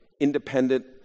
Independent